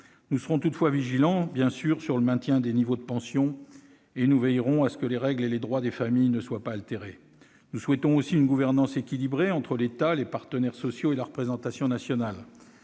nous serons bien sûr vigilants sur le maintien des niveaux de pension et nous veillerons à ce que les règles et les droits des familles ne soient pas altérés. Nous souhaitons aussi une gouvernance équilibrée entre l'État, les partenaires sociaux et la représentation nationale.